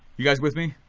you guys with me?